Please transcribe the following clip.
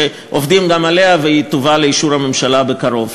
שעובדים גם עליה והיא תובא לאישור הממשלה בקרוב.